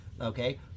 okay